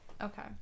Okay